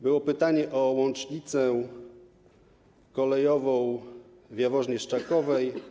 Było pytanie o łącznicę kolejową w Jaworznie-Szczakowej.